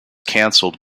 cancelled